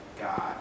God